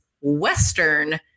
Western